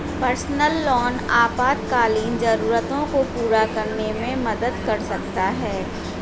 personal loan आपातकालीन जरूरतों को पूरा करने में मदद कर सकता है